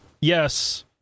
yes